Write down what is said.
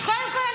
קודם כול,